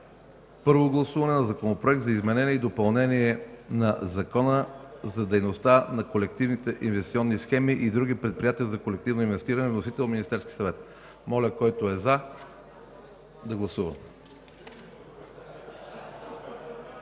първо гласуване на Законопроекта за изменение и допълнение на Закона за дейността на колективните инвестиционни схеми и на други предприятия за колективно инвестиране, вносител – Министерският съвет. Моля, който е „за”, да гласува.